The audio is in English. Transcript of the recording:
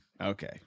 Okay